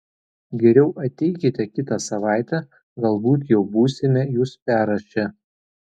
geriau ateikite kitą savaitę galbūt jau būsime jus perrašę